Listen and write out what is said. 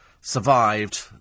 survived